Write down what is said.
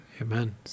Amen